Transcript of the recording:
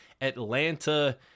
Atlanta